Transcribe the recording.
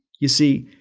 you see,